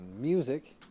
music